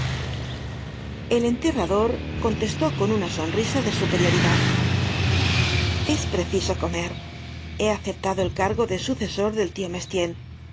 el enterrador contestó con una sonrisa de superioridad es preciso comer he aceptado el cargo de sucesor del tio